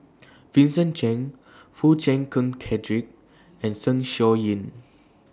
Vincent Cheng Foo Chee Keng Cedric and Zeng Shouyin